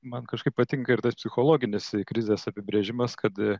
man kažkaip patinka ir tas psichologinis krizės apibrėžimas kad